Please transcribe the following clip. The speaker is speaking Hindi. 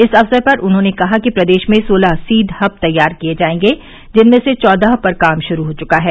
इस अवसर पर उन्होंने कहा कि प्रदेश में सोलह सीड हव तैयार किए जाएंगे जिनमें से चौदह पर काम शुरू हो चुका है